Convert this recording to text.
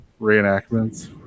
reenactments